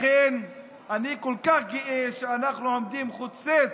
לכן אני כל כך גאה שאנחנו עומדים חוצץ,